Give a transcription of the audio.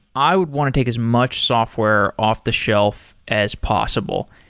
i would want to take as much software off-the-shelf as possible,